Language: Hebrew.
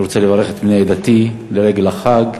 אני רוצה לברך את בני עדתי לרגל החג.